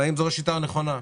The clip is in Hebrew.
האם זאת השיטה הנכונה?